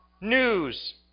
news